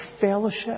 fellowship